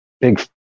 big